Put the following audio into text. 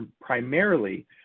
primarily